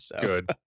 Good